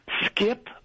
Skip